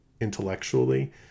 intellectually